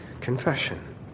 confession